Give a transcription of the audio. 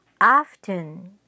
often